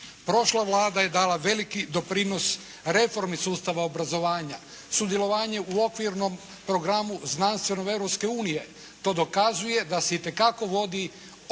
Prošla Vlada je dala veliki doprinos reformi sustava obrazovanja, sudjelovanje u Okvirnom programu znanstvenom Europske unije. To dokazuje da se itekako vodi o